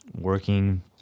working